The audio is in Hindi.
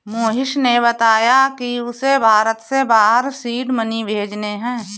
मोहिश ने बताया कि उसे भारत से बाहर सीड मनी भेजने हैं